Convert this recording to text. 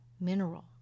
mineral